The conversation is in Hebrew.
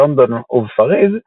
לאחר שהוצבה בלונדון ובפריז,